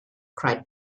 cried